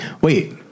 wait